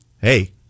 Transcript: Hey